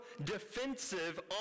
defensive